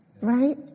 right